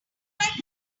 like